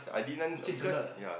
you changed a lot ah